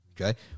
Okay